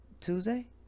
tuesday